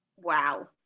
Wow